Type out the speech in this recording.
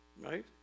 right